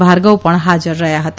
ભાર્ગવ્પણ હાજર રહ્યહતા